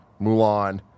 Mulan